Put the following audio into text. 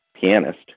pianist